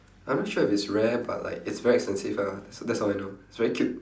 I'm not sure if it's rare but like it's very expensive ah that's all I know it's very cute